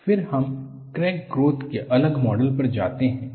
creep फिर हम crack growth के अगले मॉडल पर जाते हैं